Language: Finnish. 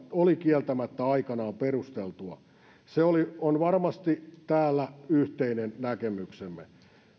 oli kieltämättä aikanaan perusteltua se on varmasti täällä yhteinen näkemyksemme